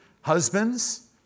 Husbands